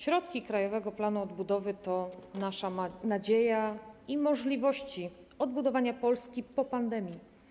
Środki z Krajowego Planu Odbudowy to nasza nadzieja i możliwości odbudowania Polski po pandemii.